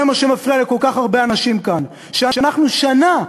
זה מה שמפריע לכל כך הרבה אנשים כאן: שאנחנו שנה,